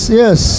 yes